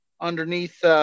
underneath